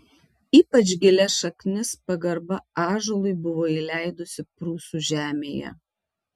ypač gilias šaknis pagarba ąžuolui buvo įleidusi prūsų žemėje